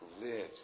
lives